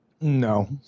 No